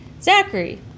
Zachary